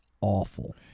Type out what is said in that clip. awful